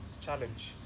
challenge